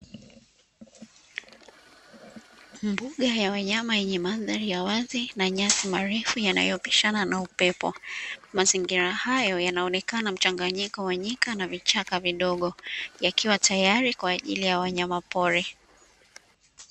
Mbuga ya wanyama yenye mandhari ya wazi na nyasi marefu yanayopishana na upepo, mazingira hayo yanaonekana ya mchanganyiko wa nyika na vichaka vidogo yakiwa tayari kwaajili ya wanyama pori.